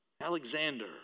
Alexander